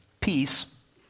Peace